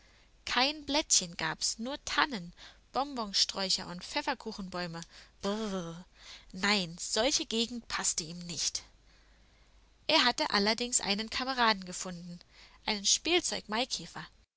kein blättchen gab's nur tannen bonbonsträucher und pfefferkuchenbäume brrrrrrrr nein solche gegend paßte ihm nicht er hatte allerdings einen kameraden gefunden einen